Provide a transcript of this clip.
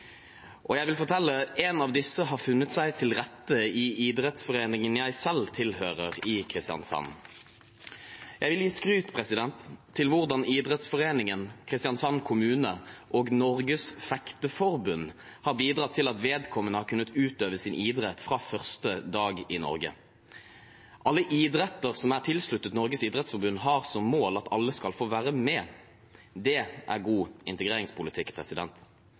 Jeg vil fortelle om en av disse, som har funnet seg til rette i idrettsforeningen jeg selv tilhører, i Kristiansand. Jeg vil gi skryt til hvordan idrettsforeningen, Kristiansand kommune og Norges Fekteforbund har bidratt til at vedkommende har kunnet utøve sin idrett fra første dag i Norge. Alle idretter som er tilsluttet Norges Idrettsforbund, har som mål at alle skal få være med. Det er god integreringspolitikk.